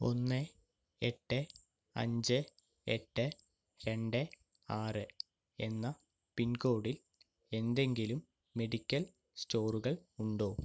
ഒന്ന് എട്ട് അഞ്ച് എട്ട് രണ്ട് ആറ് എന്ന പിൻകോഡിൽ എന്തെങ്കിലും മെഡിക്കൽ സ്റ്റോറുകൾ ഉണ്ടോ